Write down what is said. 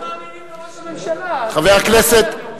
חבר הכנסת אלקין,